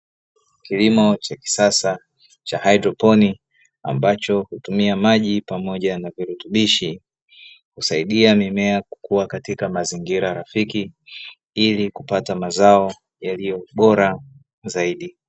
Kilimo cha kisasa cha haidroponi ambacho hutumia maji pamoja na virutubishi, husaidia mimea kukua katika mazingira rafiki ili kupata mazao yaliyo bora zaidi.